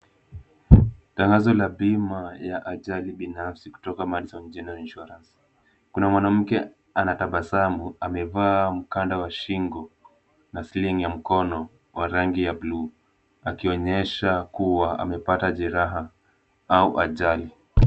Tangazo la bima ya ajali binafsi kutoka Madison General Insurance. Kuna mwanamke anatabasamu amevaa mkanda wa shingo na sling ya mkono wa rangi ya bluu akionyesha kuwa amepata jeraha au ajali.